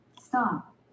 stop